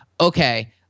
okay